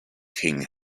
king